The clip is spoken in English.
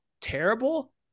terrible